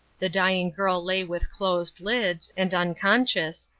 the dying girl lay with closed lids, and unconscious,